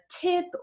tip